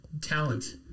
talent